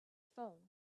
phone